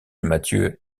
mathew